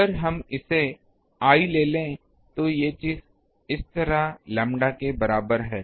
अगर हम इसे l ले लें तो ये चीज इस तरह lambda के बराबर है